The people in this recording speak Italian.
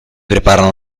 preparano